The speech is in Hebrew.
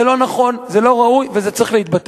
זה לא נכון, זה לא ראוי וזה צריך להתבטל.